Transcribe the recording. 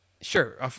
sure